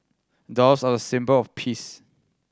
doves are a symbol of peace